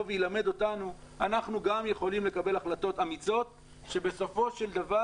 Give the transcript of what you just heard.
וילמד אותנו גם אנחנו יכולים לקבל החלטות אמיצות שבסופו של דבר